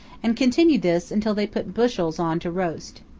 and continue this, until they put bushels on to roast.